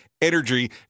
Energy